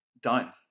Done